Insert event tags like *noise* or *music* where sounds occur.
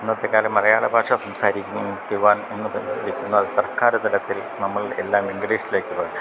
ഇന്നത്തേക്കാല മലയാള ഭാഷ സംസാരിക്കുവാൻ *unintelligible* ഇന്ന് സർക്കാർ തലത്തിൽ നമ്മൾ എല്ലാം ഇങ്ക്ളീഷിലേക്ക് *unintelligible*